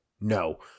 No